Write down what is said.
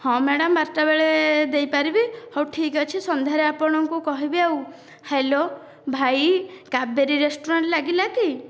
ହଁ ମ୍ୟାଡ଼ାମ ବାରଟା ବେଳେ ଦେଇପାରିବି ହେଉ ଠିକ ଅଛି ସନ୍ଧ୍ୟାରେ ଆପଣଙ୍କୁ କହିବି ଆଉ ହାଲୋ ଭାଇ କାବେରୀ ରେସ୍ତୋରାଁ ଲାଗିଲା କି